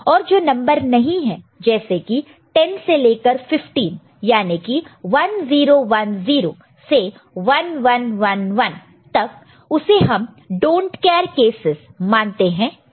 और जो नंबर नहीं है जैसे की 10 से लेकर 15 याने की 1010 से 1111 तक उसे हम डोंट केयर कैसस मानते हैं